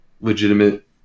legitimate